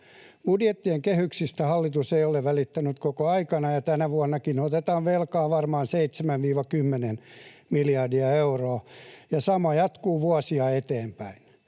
Budjettien kehyksistä hallitus ei ole välittänyt koko aikana, ja tänä vuonnakin otetaan velkaa varmaan 7—10 miljardia euroa, ja sama jatkuu vuosia eteenpäin.